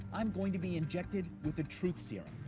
i'm going to be injected with a truth serum.